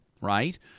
right